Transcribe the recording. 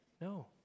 No